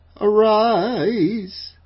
arise